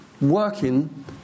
working